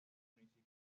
municipio